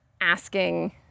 asking